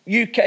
UK